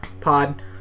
pod